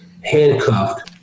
handcuffed